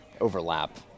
overlap